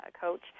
coach